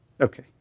Okay